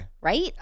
right